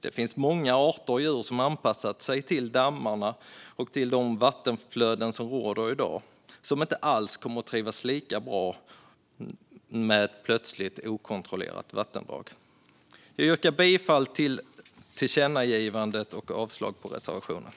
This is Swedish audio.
Det finns många arter och djur som har anpassat sig till dammarna och till de vattenflöden som råder i dag och som inte alls kommer att trivas lika bra med ett plötsligt okontrollerat vattendrag. Vi yrkar bifall till förslaget om tillkännagivande och avslag på reservationerna.